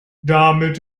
damit